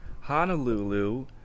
Honolulu